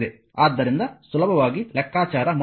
ಆದ್ದರಿಂದ ಸುಲಭವಾಗಿ ಲೆಕ್ಕಾಚಾರ ಮಾಡಬಹುದು